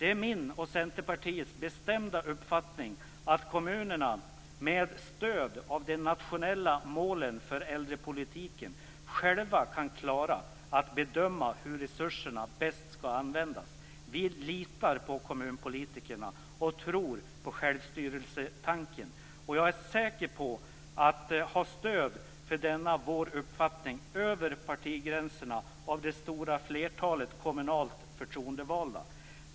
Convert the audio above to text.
Det är min och Centerpartiets bestämda uppfattning att kommunerna, med stöd av de nationella målen för äldrepolitiken, själva kan klara att bedöma hur resurserna bäst skall användas. Jag är säker på att ha stöd för denna vår uppfattning, över partigränserna, av det stora flertalet kommunalt förtroendevalda.